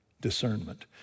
discernment